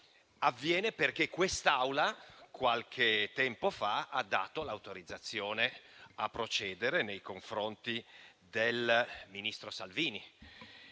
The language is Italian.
avviene perché quest'Aula, qualche tempo fa, ha dato l'autorizzazione a procedere nei confronti del ministro Salvini.